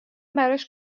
براش